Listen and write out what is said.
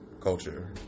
Culture